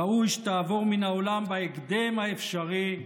ראוי שתעבור מן העולם בהקדם האפשרי,